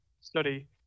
study